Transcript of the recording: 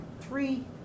three